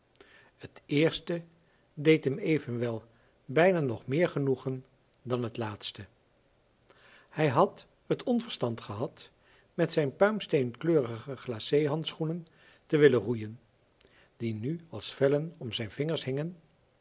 het eerste deed hem evenwel bijna nog meer genoegen dan het laatste hij had het onverstand gehad met zijn puimsteenkleurige glacéhandschoenen te willen roeien die nu als vellen om zijn vingers hingen